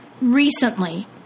recently